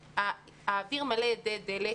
האוויר מלא אדי דלק